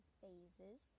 phases